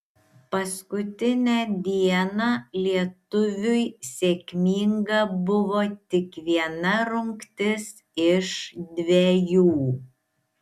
paskutinę dieną lietuviui sėkminga buvo tik viena rungtis iš dvejų